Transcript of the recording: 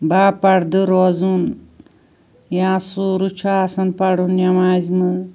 با پردٕ روزُن یا سوٗرٕ چھُ آسان پَرُن نمازِ منٛز